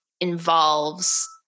involves